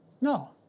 No